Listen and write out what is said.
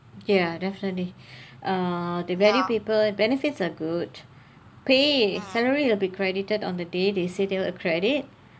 ya definitely ah they value people benefits are good pay is salary will be credited on the day they say they'll credit